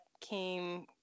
came